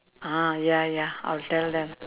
ah ya ya I'll tell them